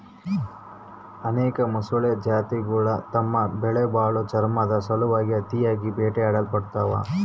ಅನೇಕ ಮೊಸಳೆ ಜಾತಿಗುಳು ತಮ್ಮ ಬೆಲೆಬಾಳೋ ಚರ್ಮುದ್ ಸಲುವಾಗಿ ಅತಿಯಾಗಿ ಬೇಟೆಯಾಡಲ್ಪಡ್ತವ